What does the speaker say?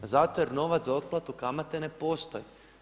Zato što novac za otplatu kamate ne postoji.